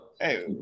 Hey